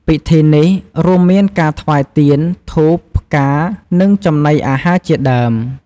ពិធីនេះរួមមានការថ្វាយទៀន ធូប ផ្កា និងចំណីអាហារជាដើម។